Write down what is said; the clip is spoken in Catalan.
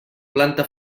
planta